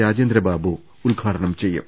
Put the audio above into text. രാജേന്ദ്രബാബു ഉദ്ഘാടനം ചെയ്യും